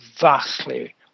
vastly